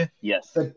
Yes